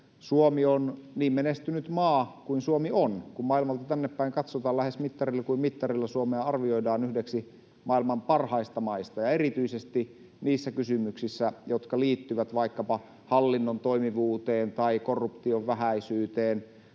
Suomi on niin menestynyt maa kuin Suomi on. Kun maailmalta tänne päin katsotaan, lähes mittarilla kuin mittarilla Suomea arvioidaan yhdeksi maailman parhaista maista. Ja erityisesti niissä kysymyksissä, jotka liittyvät vaikkapa hallinnon toimivuuteen tai korruption vähäisyyteen